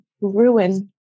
ruin